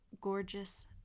gorgeous